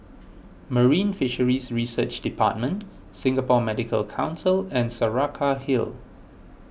Marine Fisheries Research Department Singapore Medical Council and Saraca Hill